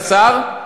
השר,